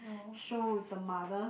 show with the mother